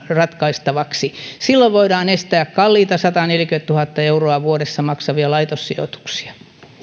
ratkaistavaksi silloin voidaan estää kalliita sataneljäkymmentätuhatta euroa vuodessa maksavia laitossijoituksia